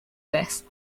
this